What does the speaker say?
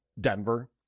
Denver